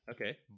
Okay